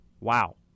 Wow